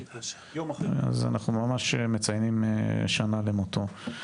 אז אנחנו ממש מציינים שנה למותו.